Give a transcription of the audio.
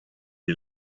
die